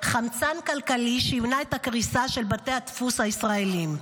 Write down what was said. חמצן כלכלי שימנע את הקריסה של בתי הדפוס הישראליים.